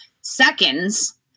seconds